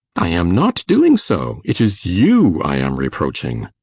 i am not doing so. it is you i am reproaching.